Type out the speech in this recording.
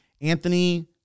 Anthony